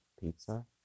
pizza